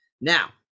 Now